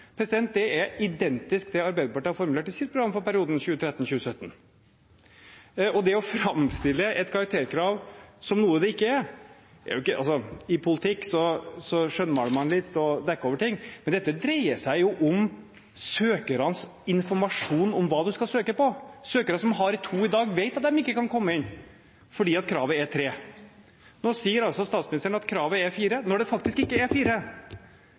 Det er identisk med det Arbeiderpartiet har formulert i sitt program for perioden 2013–2017. Det er å framstille et karakterkrav som noe det ikke er. I politikk skjønnmaler man litt og dekker over ting, men dette dreier seg om søkernes informasjon om hva man skal søke på. Søkere som har 2 i dag, vet at de ikke kan komme inn fordi kravet er 3. Nå sier altså statsministeren at kravet er 4 når det faktisk ikke er